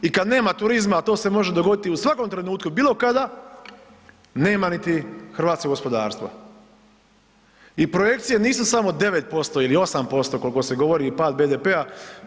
I kad nema turizma, a to se može dogoditi u svakom trenutku, bilo kada, nema niti hrvatskog gospodarstva i projekcije nisu samo 9% ili 8%, koliko se govori i pad BDP-a.